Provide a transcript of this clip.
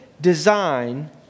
design